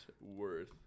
worth